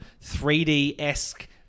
3D-esque